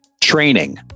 training